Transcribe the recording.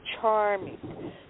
charming